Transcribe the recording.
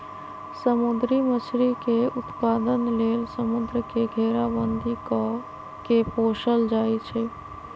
समुद्री मछरी के उत्पादन लेल समुंद्र के घेराबंदी कऽ के पोशल जाइ छइ